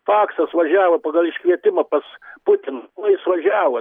paksas važiavo pagal iškvietimą pas putiną ko jis važiavo